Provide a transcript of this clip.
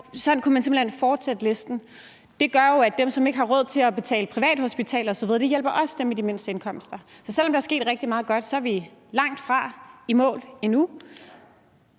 sådan kunne man simpelt hen fortsætte listen – og det jo hjælper både dem, der ikke har råd til at betale privathospital osv., og også dem med de mindste indkomster, og, ja, selv om der er sket rigtig meget godt, er vi langtfra i mål endnu.